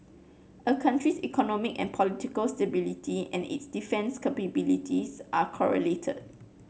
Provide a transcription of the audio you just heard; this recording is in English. a country's economy and political stability and its defence capabilities are correlated